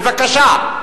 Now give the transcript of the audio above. בבקשה,